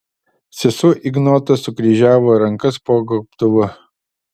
sesuo ignota sukryžiavo rankas po gobtuvu